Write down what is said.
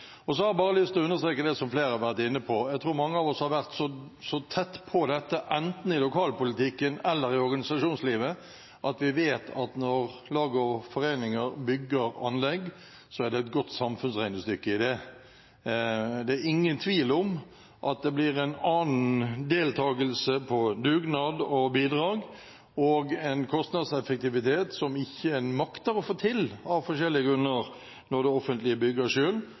regjeringspartiene. Så har jeg bare lyst til å understreke det som flere har vært inne på. Jeg tror mange av oss har vært så tett på dette, enten i lokalpolitikken eller i organisasjonslivet, at vi vet at når lag og foreninger bygger anlegg, er det et godt samfunnsregnestykke i det. Det er ingen tvil om at det blir en annen deltagelse på dugnad og bidrag, og en kostnadseffektivitet som en av forskjellige grunner ikke makter å få til når det offentlige bygger